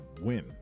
win